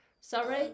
sorry